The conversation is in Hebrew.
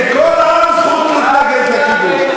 זה מה שינציח את תרבות ההרג, רק ככה.